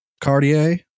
cartier